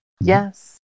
Yes